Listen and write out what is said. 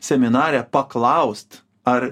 seminare paklaust ar